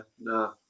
no